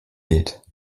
geht